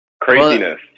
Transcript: craziness